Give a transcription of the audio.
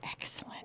Excellent